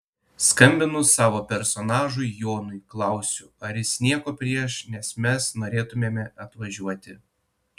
skambinu savo personažui jonui klausiu ar jis nieko prieš nes mes norėtumėme atvažiuoti